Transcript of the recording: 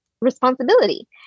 responsibility